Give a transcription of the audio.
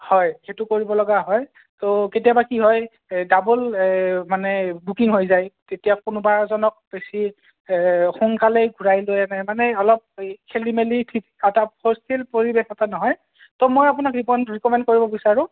হয় সেইটো কৰিবলগা হয় ত' কেতিয়াবা কি হয় এই ডাবোল মানে বুকিং হৈ যায় তেতিয়া কোনোবা এজনক বেছি সোনকালেই ঘূৰাই লৈ আনে মানে অলপ এই খেলিমেলি ঠিক এটা সুস্থিৰ পৰিৱেশ এটা নহয় ত' মই আপোনাক ৰিক ৰিকমেণ্ড কৰিব বিচাৰোঁ